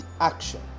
action